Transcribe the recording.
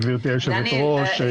גברתי היושבת-ראש.